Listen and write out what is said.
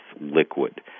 liquid